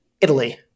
Italy